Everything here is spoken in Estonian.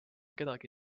kedagi